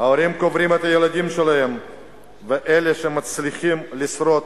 ההורים קוברים את הילדים שלהם ואלה שמצליחים לשרוד